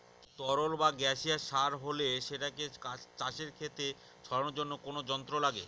তরল বা গাসিয়াস সার হলে সেটাকে চাষের খেতে ছড়ানোর জন্য কোনো যন্ত্র লাগে